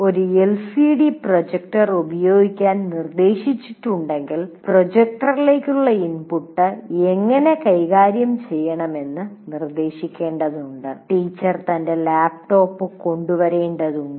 ഒരു LCD projector ഉപയോഗിക്കാൻ നിർദ്ദേശിച്ചിട്ടുണ്ടെങ്കിൽ പ്രൊജക്ടറിലേക്കുള്ള ഇൻപുട്ട് എങ്ങനെ കൈകാര്യം ചെയ്യണമെന്ന് നിർദ്ദേശിക്കേണ്ടതുണ്ട് ടീച്ചർ തന്റെ ലാപ്ടോപ്പ് കൊണ്ടുവരേണ്ടതുണ്ടോ